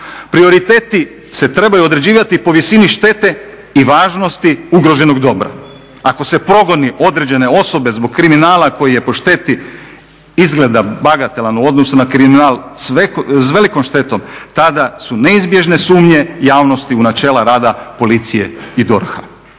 Prioriteti se trebaju određivati po visini štete i važnosti ugroženog dobra. Ako se progoni određene osobe zbog kriminala koji je po šteti izgleda bagatelan u odnosu na kriminal s velikom štetom tada su neizbježne sumnje javnosti u načela rada policije i DORH-a.